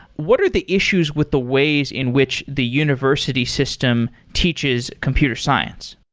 what are the issues with the ways in which the university system teaches computer science?